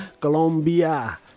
Colombia